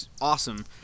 awesome